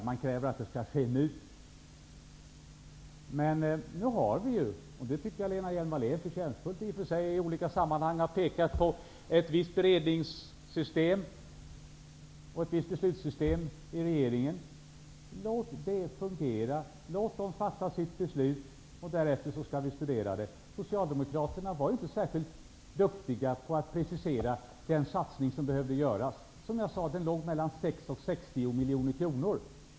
Man kräver att det skall ske saker nu. Men nu finns det ett visst berednings och beslutssystem i regeringen. Det har Lena-Hjelm Wallén på ett förtjänstfullt sätt i olika sammanhang pekat på. Låt systemet fungera och låt regeringen fatta sina beslut. Därefter skall vi studera besluten. Socialdemokraterna var inte särskilt duktiga på att precisera den satsning som behövde göras. Den låg på 6--60 miljoner kronor.